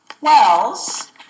Wells